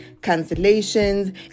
cancellations